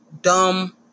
dumb